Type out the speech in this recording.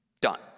Done